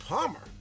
Palmer